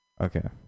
Okay